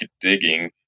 digging